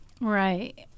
Right